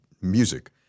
music